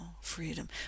freedom